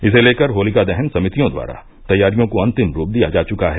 इसे लेकर होलिका दहन समितियों द्वारा तैयारियों को अन्तिम रूप दिया जा चुका है